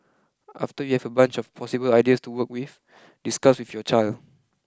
after you have a bunch of possible ideas to work with discuss with your child